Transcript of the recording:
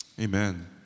Amen